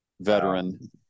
veteran